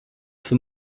for